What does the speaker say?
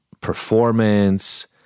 performance